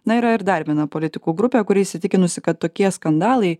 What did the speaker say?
na yra ir dar viena politikų grupė kuri įsitikinusi kad tokie skandalai